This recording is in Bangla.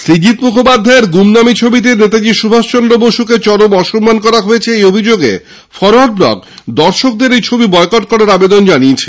সৃজিত মুখোপাধ্যায়ের গুমনামি ছবিতে নেতাজি সুভাষচন্দ্র বসৃকে চরম অসম্মান করা হয়েছে এই অভিযোগ করে ফরোয়ার্ড ব্লক দর্শকদের এই ছবি বয়কট করার আবেদন জানিয়েছে